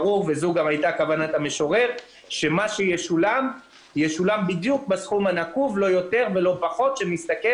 ברור שמה שישולם בדיוק בסכום הנקוב שמסתכם